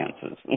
chances